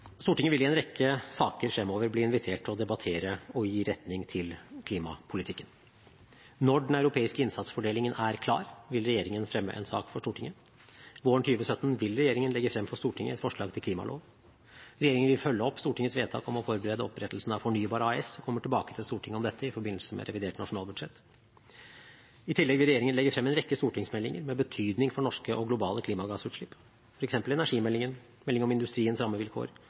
Stortinget vil i en rekke saker fremover bli invitert til å debattere og gi retning til klimapolitikken. Når den europeiske innsatsfordelingen er klar, vil regjeringen fremme en sak for Stortinget. Våren 2017 vil regjeringen legge frem for Stortinget et forslag til klimalov. Regjeringen vil følge opp Stortingets vedtak om å forberede opprettelsen av Fornybar AS og kommer tilbake til Stortinget om dette i forbindelse med revidert nasjonalbudsjett. I tillegg vil regjeringen legge frem en rekke stortingsmeldinger med betydning for norske og globale klimagassutslipp, f.eks. energimeldingen, meldingen om industriens rammevilkår,